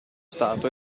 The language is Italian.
stato